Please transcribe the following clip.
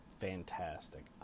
fantastic